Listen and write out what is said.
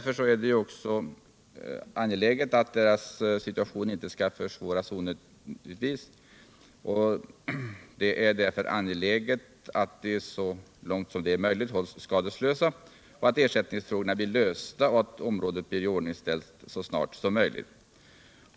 För att deras situation inte skall försvåras onödigtvis är det angeläget att de, så långt det är möjligt, hålls skadeslösa och att ersättningsfrågorna blir lösta och området iordningställt så snart som möjligt.